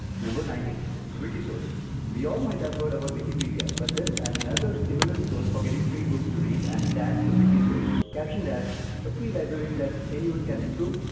nineteen wikisource we all might have heard about wikipedia, but there is and another similar source for getting free books to read and that's so wikisource. captioned as a free library that anyone can improve,